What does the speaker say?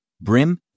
Brim